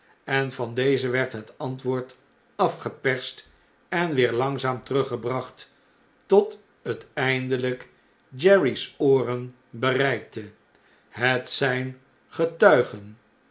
en van dezen werd het antwoord afgeperst en weer langzaam teruggebracht tot het eindelijk jerry's ooren bereikte het zjjn getuigen